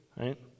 right